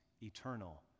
eternal